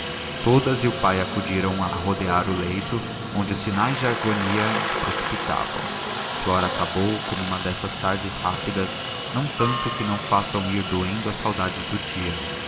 todas e o pai acudiram a rodear o leito onde os sinais da agonia se precipitavam flora acabou como uma dessas tardes rápidas não tanto que não façam ir doendo as saudades do dia